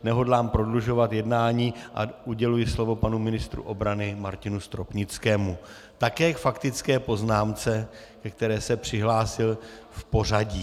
Nehodlám prodlužovat jednání a uděluji slovo panu ministru obrany Martinu Stropnickému také k faktické poznámce, ke které se přihlásil v pořadí.